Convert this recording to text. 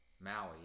Maui